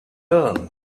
turned